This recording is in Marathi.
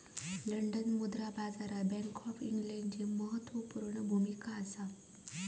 लंडन मुद्रा बाजारात बॅन्क ऑफ इंग्लंडची म्हत्त्वापूर्ण भुमिका असा